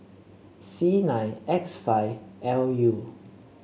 C nine X five L U